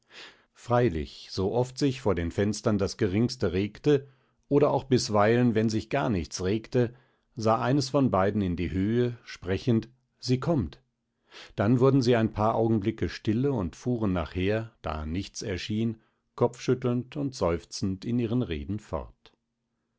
freilich sooft sich vor den fenstern das geringste regte oder auch bisweilen wenn sich gar nichts regte sah eines von beiden in die höhe sprechend sie kommt dann wurden sie ein paar augenblicke stille und fuhren nachher da nichts erschien kopfschüttelnd und seufzend in ihren reden fort